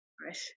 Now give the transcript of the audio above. Right